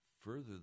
further